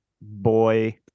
boy